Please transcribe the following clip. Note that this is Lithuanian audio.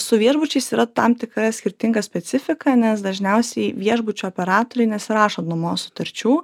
su viešbučiais yra tam tikra skirtinga specifika nes dažniausiai viešbučių operatoriai nesirašo nuomos sutarčių